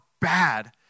bad